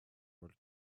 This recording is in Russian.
роль